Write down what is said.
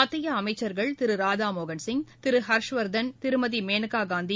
மத்திய அமைச்சர்கள் திரு ராதாமோகன்சிங் திரு ஹர்ஷவர்தன் திருமதி மேளகா காந்தி